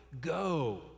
Go